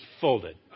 folded